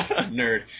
Nerd